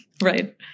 Right